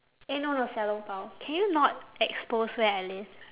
eh no no 小笼包 can you not expose where I live